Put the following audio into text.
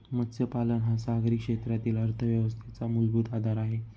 मत्स्यपालन हा सागरी क्षेत्रातील अर्थव्यवस्थेचा मूलभूत आधार आहे